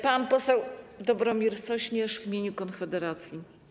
Pan poseł Dobromir Sośnierz w imieniu Konfederacji.